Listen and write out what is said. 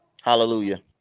Hallelujah